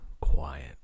quiet